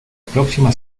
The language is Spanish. próxima